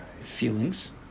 Feelings